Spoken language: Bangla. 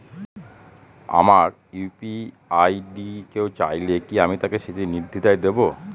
আমার ইউ.পি.আই আই.ডি কেউ চাইলে কি আমি তাকে সেটি নির্দ্বিধায় দেব?